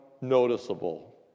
noticeable